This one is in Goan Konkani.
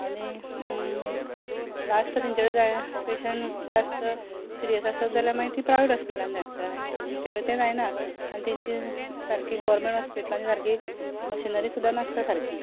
आनी लास्ट तांचे कडेन जाय पेशंट जास्त सिरीयस आसत जाल्या मागी ती प्रायवेट हॉस्पिटलान धाडटा तांचे कडेन तें जायना आनी तांचे सारकें गोवोरमेंट हॉस्पिटलांनी सारके मशिनरी सुद्दां नासता सारकी